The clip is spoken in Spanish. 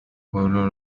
pueblo